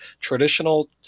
traditional